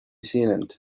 zealand